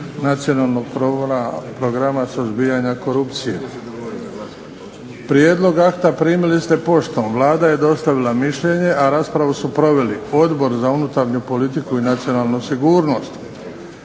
Nacionalnog programa suzbijanja korupcije. Prijedlog akta primili ste poštom. Vlada je dostavila mišljenje, a raspravu su proveli Odbor za unutarnju politiku i nacionalnu sigurnost.